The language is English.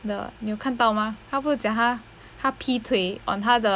the review